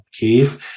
case